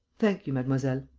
thank you, mademoiselle.